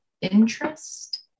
interest